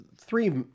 three